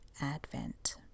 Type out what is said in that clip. advent